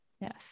Yes